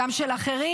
גם של אחרים.